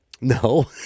No